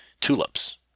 tulips